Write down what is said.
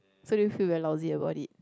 so do you feel very lousy about it